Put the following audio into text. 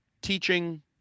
teaching